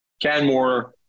Canmore